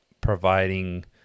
providing